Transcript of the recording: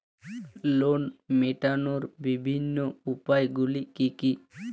Loan মেটানোর বিভিন্ন উপায়গুলি কী কী?